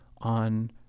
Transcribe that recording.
on